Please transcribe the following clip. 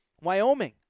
Wyoming